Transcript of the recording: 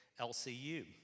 LCU